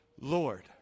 Lord